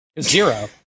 Zero